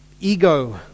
ego